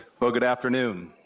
but good afternoon.